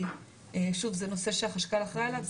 כי זה נושא שהחשכ"ל אחראי אליו.